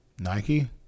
Nike